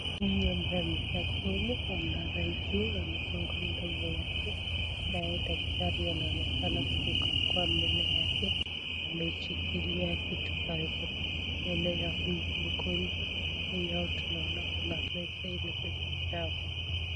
Huyu ambaye amekaa chini, anaona juu, amefungua mdomo yake naye daktari anaonekana kukagua meno yake. Ameshikilia kitu ambayo meno ya huyu mgonjwa. Mbele yao tunaona kuna meza iliyo na dawa.